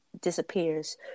disappears